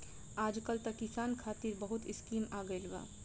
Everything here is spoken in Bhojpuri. आजकल त किसान खतिर बहुत स्कीम आ गइल बा